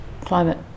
climate